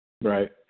right